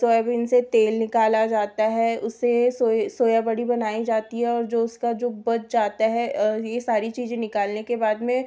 soybean से तेल निकाला जाता है उसे सोय सोया बड़ी बनाई जाती है और जो उसका जो बच जाता है ये सारी चीज़ें निकालने के बाद में